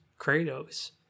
kratos